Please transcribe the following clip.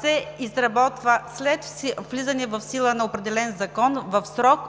се изработва след влизане в сила на определен закон в срок